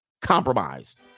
compromised